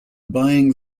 buying